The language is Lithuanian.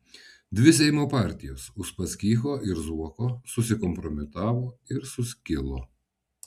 dvi seimo partijos uspaskicho ir zuoko susikompromitavo ir suskilo